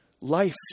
life